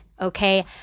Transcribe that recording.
okay